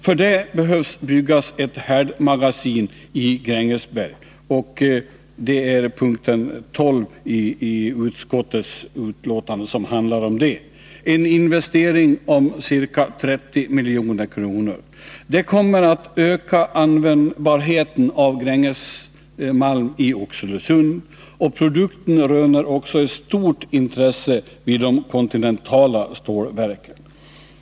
För det behöver det byggas ett härdmagasin i Grängesberg — en investering på ca 30 milj.kr. — och punkten 12 i utskottets betänkande handlar om det. Detta kommer att öka användbarheten av Grängesmalm i Oxelösund, och produkten röner också stort intresse vid de kontinentala stålverken.